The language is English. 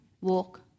walk